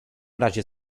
razie